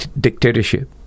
dictatorship